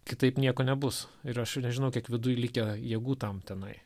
kitaip nieko nebus ir aš jau nežinau kiek viduj likę jėgų tam tenai